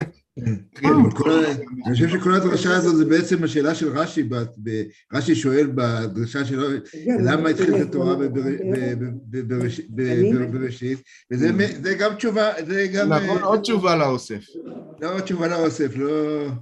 אני חושב שכל הדרשה הזאת זה בעצם השאלה של רשי, רשי שואל בדרשה שלו למה התחילת התורה בבראשית, וזה גם תשובה... נכון, עוד תשובה לאוסף. עוד תשובה לאוסף, לא...